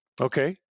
okay